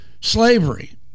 slavery